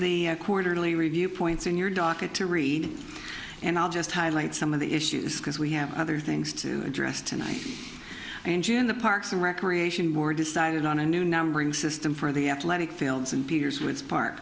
the quarterly review points in your docket to read and i'll just highlight some of the issues because we have other things to address tonight and june the parks and recreation board decided on a new numbering system for the athletic fields and peters with par